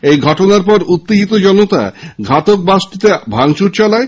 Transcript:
এই ঘটনার পর উত্তেজিত জনতা ঘাতক বাসটিকে ভাঙচুর চালায়